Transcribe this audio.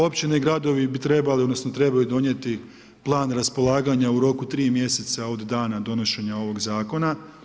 Općine i gradovi bi trebali, odnosno trebaju donijeti Plan raspolaganja u roku tri mjeseca od dana donošenja ovog zakona.